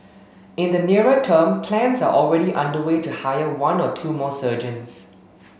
in the nearer term plans are already underway to hire one or two more surgeons